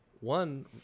One